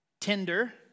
tender